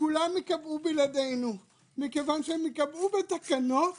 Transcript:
כולם ייקבעו בלעדינו כי ייקבעו בתקנות